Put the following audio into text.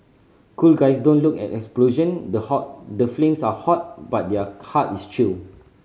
cool guys don't look at explosion the hot the flames are hot but their heart is chilled